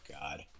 God